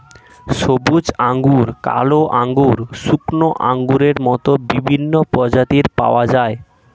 সবুজ আঙ্গুর, কালো আঙ্গুর, শুকনো আঙ্গুরের মত বিভিন্ন প্রজাতির পাওয়া যায়